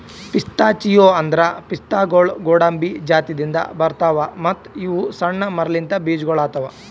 pistachio ಅಂದುರ್ ಪಿಸ್ತಾಗೊಳ್ ಗೋಡಂಬಿ ಜಾತಿದಿಂದ್ ಬರ್ತಾವ್ ಮತ್ತ ಇವು ಸಣ್ಣ ಮರಲಿಂತ್ ಬೀಜಗೊಳ್ ಆತವ್